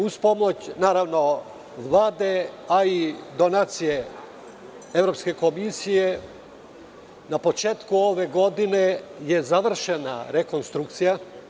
Uz pomoć Vlade, a i donacije Evropske komisije na početku ove godine je završena rekonstrukcija.